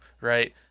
Right